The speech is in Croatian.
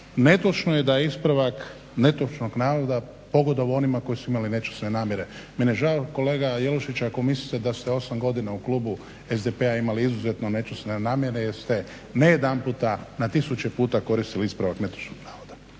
netočno je da je ispravak netočnog navoda pogodovao onima koji su imali nečiste namjere. Meni je žao kolega Jelušić ako mislite da ste 8 godina u kluba SDP-a imali izuzetno nečiste namjere jer ste ne jedanput nego na tisuće puta koristili ispravak netočnog navoda.